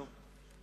נו.